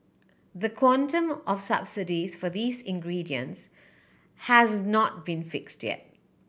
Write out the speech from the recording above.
the quantum of subsidies for these ingredients has not been fixed yet